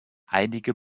einige